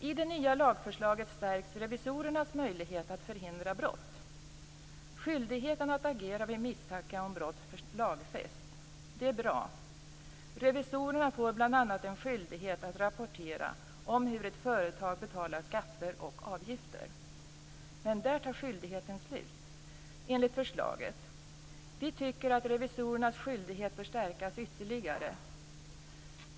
I det nya lagförslaget stärks revisorernas möjlighet att förhindra brott. Skyldigheten att agera vid misstanke om brott lagfästs. Det är bra. Revisorerna får bl.a. en skyldighet att rapportera om hur ett företag betalar skatter och avgifter. Men där tar skyldigheten slut enligt förslaget. Vi tycker att revisorernas skyldighet bör stärkas ytterligare.